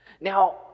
Now